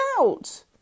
out